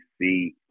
see